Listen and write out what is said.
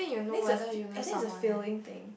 I think it's a fe~ I think it's a feeling thing